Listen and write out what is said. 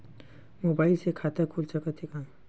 Mobile से खाता खुल सकथे का?